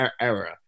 era